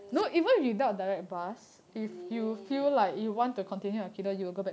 is it